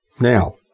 Now